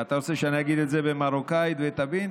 אתה רוצה שאני אגיד את זה במרוקאית ותבין?